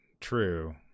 true